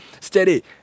Steady